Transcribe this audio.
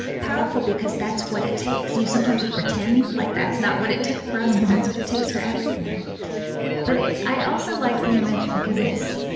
powerful because that's what it takes. you know, sometimes we pretend like that's not what it took for us, but that's what it takes for everyone but it i also like the image because it's